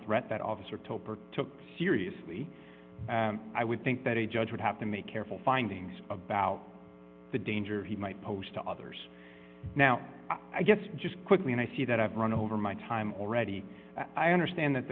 threat that officer toper took seriously i would think that a judge would have to make careful findings about the danger he might pose to others now i guess just quickly and i see that i've run over my time already i understand that